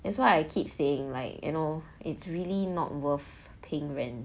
that's why I keep saying like you know it's really not worth paying rent